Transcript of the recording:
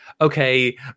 okay